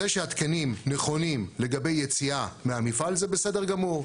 זה שהתקנים נכונים לגבי יציאה מהמפעל זה בסדר גמור.